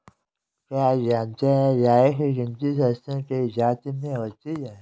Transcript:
क्या आप जानते है राई की गिनती सरसों की जाति में होती है?